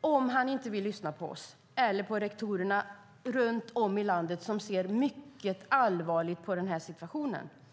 om han inte vill lyssna på oss eller på de rektorer runt om i landet som ser mycket allvarligt på situationen.